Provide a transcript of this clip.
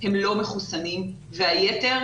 הם לא מחוסנים והיתר,